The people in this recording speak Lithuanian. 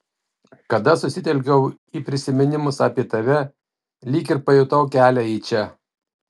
kada susitelkiau į prisiminimus apie tave lyg ir pajutau kelią į čia